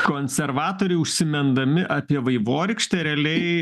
konservatoriai užsimindami apie vaivorykštę realiai